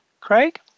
Craig